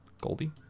Goldie